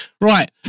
Right